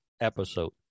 episode